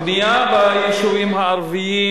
הבנייה ביישובים הערביים,